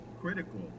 critical